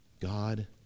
God